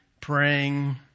praying